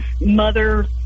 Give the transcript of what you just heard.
mother